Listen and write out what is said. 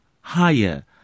higher